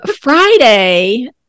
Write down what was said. Friday